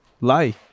lie